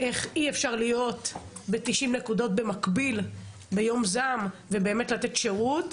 איך אי אפשר להיות ב90 נקודות במקביל ביום זעם ובאמת לתת שירות,